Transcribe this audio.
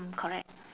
correct